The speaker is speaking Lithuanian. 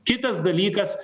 kitas dalykas